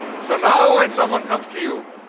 so now when someone comes to you